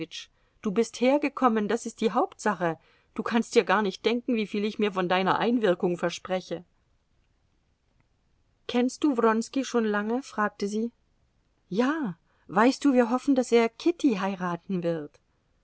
du bist hergekommen das ist die hauptsache du kannst dir gar nicht denken wieviel ich mir von deiner einwirkung verspreche kennst du wronski schon lange fragte sie ja weißt du wir hoffen daß er kitty heiraten wird